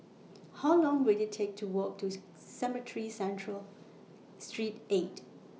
How Long Will IT Take to Walk to Cemetry Central Street eight